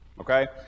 Okay